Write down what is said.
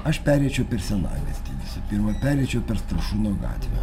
aš pereičiau per senamiestį visų pirma pereičiau per staršūno gatvę